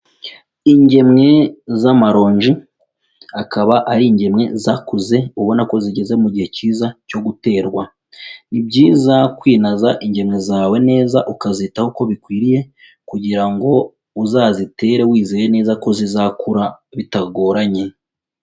Ingemwe z'amaronji akaba ari ingemwe zakuze ubona ko zigeze mu gihe kiza cyo guterwa. Ni byiza kwinaza ingemwe zawe neza ukazitaho uko bikwiriye kugira ngo uzazitere wizeye neza ko zizakura bitagoranye.